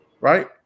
right